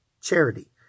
Charity